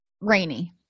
rainy